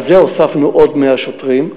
לזה הוספנו עוד 100 שוטרים.